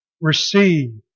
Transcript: receive